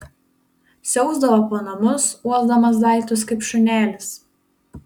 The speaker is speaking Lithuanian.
siausdavo po namus uosdamas daiktus kaip šunelis